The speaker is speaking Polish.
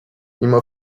mimo